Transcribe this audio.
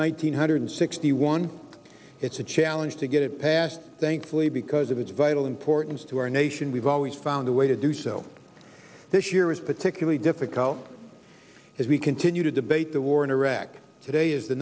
nine hundred sixty one it's a challenge to get it passed thankfully because of its vital importance to our nation we've always found a way to do so this year is particularly difficult as we continue to debate the war in iraq today is the